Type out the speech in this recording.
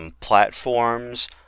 platforms